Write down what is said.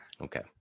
okay